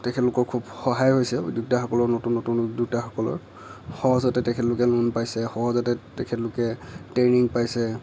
তেখেতলোকৰ খুব সহায় হৈছে উদ্যোক্তাসকলৰ নতুন নতুন উদ্যোক্তাসকলৰ সহজতে তেখেতলোকে লোন পাইছে সহজতে তেখেতলোকে ট্ৰেইনিং পাইছে